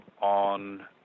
on